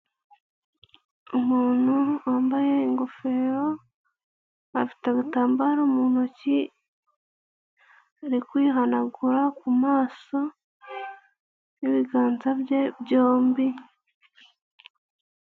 Umuntu wambaye ingofero afite agatambaro mu ntoki, ari kwihanagura ku maso n'ibiganza bye byombi,